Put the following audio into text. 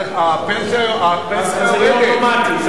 אז הפנסיה יורדת,